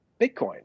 Bitcoin